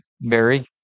Barry